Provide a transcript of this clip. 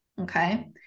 Okay